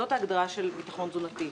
זאת ההגדרה של ביטחון תזונתי.